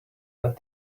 that